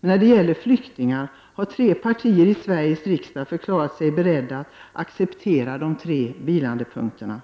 Sedan den 31 maj förra året har tre partier i Sveriges riksdag förklarat sig beredda att acceptera de tre vilande punkterna.